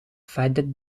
verder